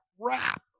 crap